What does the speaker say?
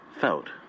felt